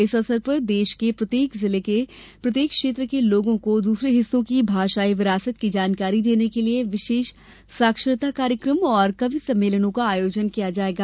इस अवसर पर देश के प्रत्येक क्षेत्र के लोगों को दूसरे हिस्सों की भाषाई विरासत की जानकारी देने के लिए विशेष साक्षरता कार्यक्रम और कवि सम्मेलनों का आयोजन किया जाएगा